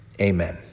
amen